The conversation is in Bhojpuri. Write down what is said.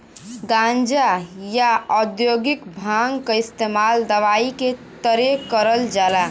गांजा, या औद्योगिक भांग क इस्तेमाल दवाई के तरे करल जाला